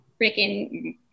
freaking